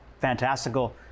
fantastical